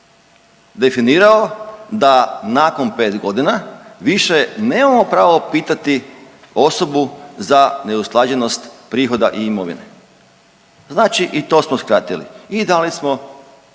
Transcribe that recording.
definirao da nakon 5 godina više nemamo pravo pitati osobu za neusklađenost prihoda i imovine. Znači i to smo skratili i dali smo